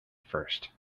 first